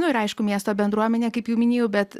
nu ir aišku miesto bendruomenė kaip jau minėjau bet